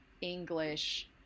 english